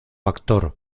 actor